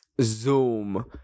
zoom